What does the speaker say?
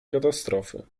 katastrofy